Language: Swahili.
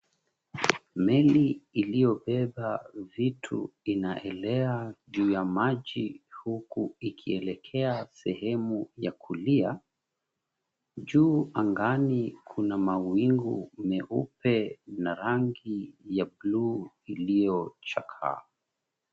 Meli iliyobeba vitu inaelea juu ya maji, huku ikielekea sehemu ya kulia. Juu angani kuna mawingu meupe na rangi ya buluu iliyochakaa.